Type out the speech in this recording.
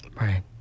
Right